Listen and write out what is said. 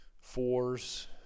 fours